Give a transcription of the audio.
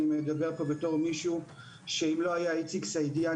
אני מדבר פה בתור מישהו שאם לא היה איציק סעידיאן,